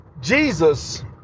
Jesus